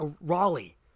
Raleigh